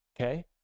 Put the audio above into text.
Okay